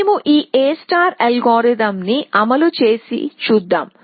మేము ఈ A algorithm ని అమలు చేసి చూద్దాం